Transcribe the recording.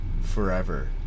forever